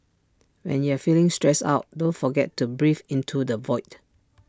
when you are feeling stressed out don't forget to breathe into the void